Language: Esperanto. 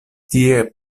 tie